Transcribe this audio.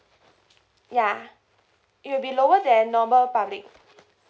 ya it will be lower than normal public